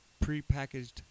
prepackaged